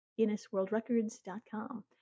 guinnessworldrecords.com